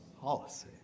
policy